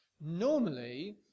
Normally